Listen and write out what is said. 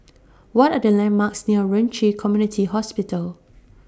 What Are The landmarks near Ren Ci Community Hospital